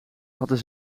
hadden